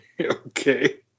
okay